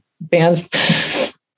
bands